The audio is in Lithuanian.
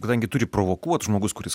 kadangi turi provokuot žmogus kuris